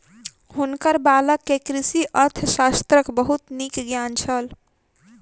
हुनकर बालक के कृषि अर्थशास्त्रक बहुत नीक ज्ञान छल